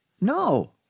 No